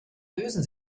lösen